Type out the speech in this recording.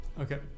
Okay